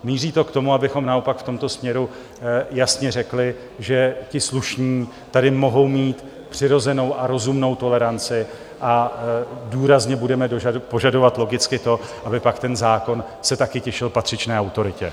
Míří to k tomu, abychom naopak v tomto směru jasně řekli, že ti slušní tady mohou mít přirozenou a rozumnou toleranci, a důrazně budeme požadovat logicky to, aby se pak ten zákon také těšil patřičné autoritě.